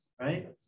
right